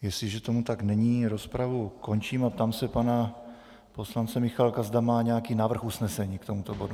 Jestliže tomu tak není, rozpravu ukončím a ptám se pana poslance Michálka, zda má nějaký návrh usnesení k tomuto bodu.